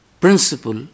principle